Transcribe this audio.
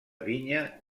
vinya